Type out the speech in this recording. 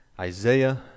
Isaiah